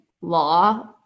law